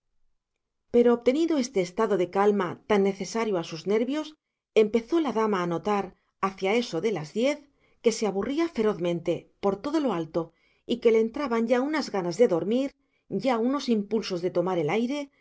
pero obtenido este estado de calma tan necesario a sus nervios empezó la dama a notar hacia eso de las diez que se aburría ferozmente por todo lo alto y que le entraban ya unas ganas de dormir ya unos impulsos de tomar el aire